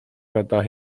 gada